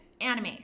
Anime